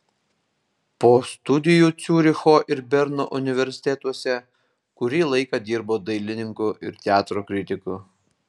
po studijų ciuricho ir berno universitetuose kurį laiką dirbo dailininku ir teatro kritiku